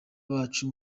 bacu